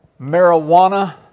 marijuana